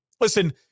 Listen